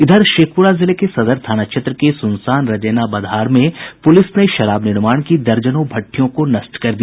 इधर शेखपुरा जिले के सदर थाना क्षेत्र के सुनसान रजैना बधाड़ में पुलिस ने शराब निर्माण की दर्जनों भट्ठियों को नष्ट कर दिया